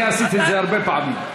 אני עשיתי את זה הרבה פעמים.